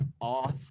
off